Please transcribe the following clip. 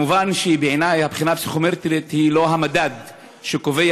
מובן שבעיני הבחינה הפסיכומטרית היא לא המדד שקובע